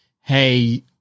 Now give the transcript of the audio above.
Hey